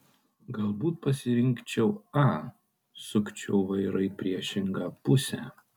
galbūt pasirinkčiau a sukčiau vairą į priešingą pusę